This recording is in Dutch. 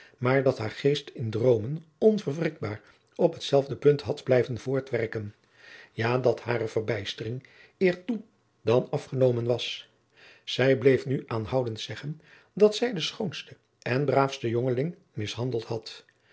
maar dat haar geest in droomen onadriaan loosjes pzn het leven van maurits lijnslager verwrikbaar op hetzelfde punt had blijven voortwerken ja dat hare verbijstering eer toe dan afgenomen was zij bleef nu aanhoudend zeggen dat zij den schoonsten en braafsten jongeling mishandeld had